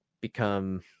become